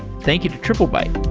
thank you to triplebyte